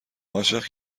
عاشق